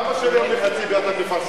חברים מסיעת קדימה,